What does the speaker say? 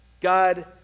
God